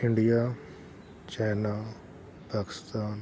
India China Pakistan